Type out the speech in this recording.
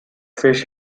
fish